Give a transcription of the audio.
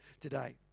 today